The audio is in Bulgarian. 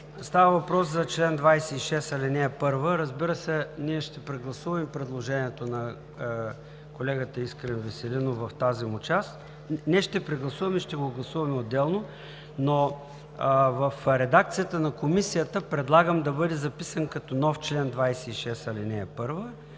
Става въпрос за чл. 26, ал. 1. Разбира се, ние ще прегласуваме предложението на колегата Искрен Веселинов в тази му част – не ще прегласуваме, а ще го гласуваме отделно, но в редакцията на Комисията предлагам да бъде записан като нов чл. 26, ал.